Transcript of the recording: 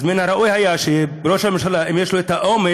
אז מן הראוי היה שראש הממשלה, אם יש לו האומץ,